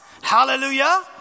Hallelujah